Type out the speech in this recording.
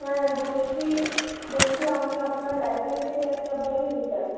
হ্যাঁ বলছি বলছি আমি আপনার লাইব্রেরি থেকে একটা বই নিতে চাই